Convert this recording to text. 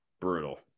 Brutal